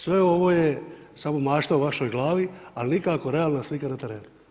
Sve ovo je samo mašta u vašoj glavi, ali nikako realna slika na terenu.